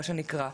מה שנקרא,